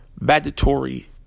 mandatory